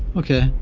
ok.